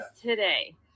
today